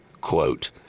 quote